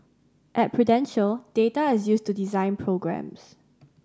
at Prudential data is used to design programmes